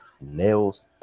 Nails